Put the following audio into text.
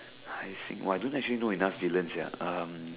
I think !wah! I don't shouldn't know enough villian sia um